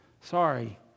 sorry